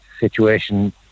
situation